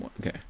okay